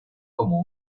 como